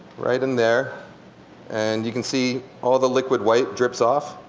right in there and you can see all the liquid white drips off.